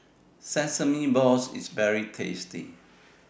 Sesame Balls IS very tasty